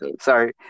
sorry